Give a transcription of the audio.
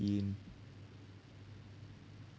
in